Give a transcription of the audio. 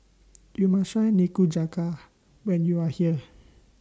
YOU must Try Nikujaga when YOU Are here